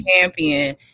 champion